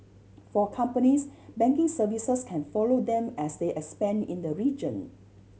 for companies banking services can follow them as they expand in the region